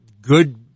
good